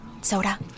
Soda